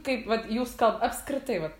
kaip vat jūs kal apskritai vat